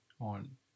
on